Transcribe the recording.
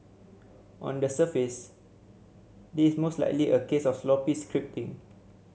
on the surface this most likely a case of sloppy scripting